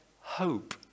hope